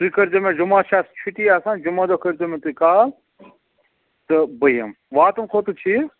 تُہۍ کٔرۍزیٚو مےٚ جُمعہ چھِ اَسہِ چُٹھی آسان جُمعہ دۄہ کٔرۍ زیٚو مےٚ تُہۍ کال تہٕ بہٕ یِمہٕ واتُن کوٚتَتھ چھُ یہِ